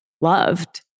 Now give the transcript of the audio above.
loved